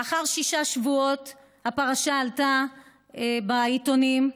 לאחר שישה שבועות הפרשה עלתה בעיתונים,